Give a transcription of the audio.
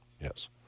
yes